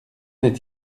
est